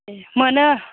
ए मोनो